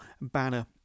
banner